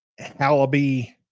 Hallaby